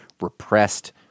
repressed